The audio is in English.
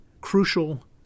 crucial